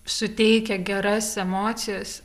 suteikia geras emocijas